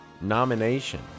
nomination